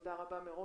תודה מראש,